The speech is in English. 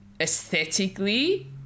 aesthetically